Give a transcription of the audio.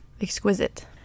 exquisite